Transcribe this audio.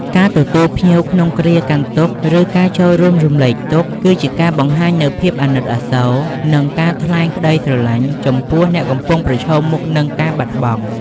ការទទួលភ្ញៀវក្នុងគ្រាកាន់ទុក្ខ ឬការចូលរួមរំលែកទុក្ខ គឺជាការបង្ហាញនូវភាពអាណិតអាសូរ និងការថ្លែងក្តីស្រឡាញ់ចំពោះអ្នកកំពុងប្រឈមមុខនឹងការបាត់បង់។